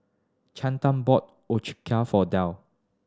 Chantel bought Ochazuke for Dale